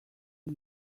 see